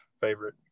favorite